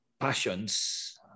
Passions